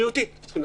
בריאותית.